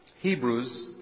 Hebrews